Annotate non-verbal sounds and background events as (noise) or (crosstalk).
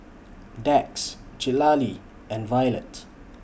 Dax (unintelligible) and Violet